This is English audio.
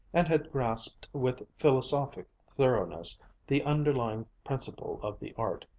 and had grasped with philosophic thoroughness the underlying principle of the art,